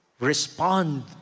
respond